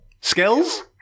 Skills